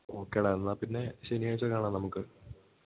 okay ഡാ എന്നാൽ പിന്നെ ശനിയാഴ്ച കാണാം നമുക്ക്